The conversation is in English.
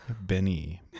benny